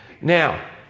Now